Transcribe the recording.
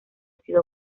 sido